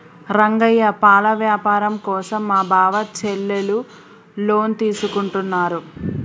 రంగయ్య పాల వ్యాపారం కోసం మా బావ చెల్లెలు లోన్ తీసుకుంటున్నారు